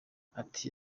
ati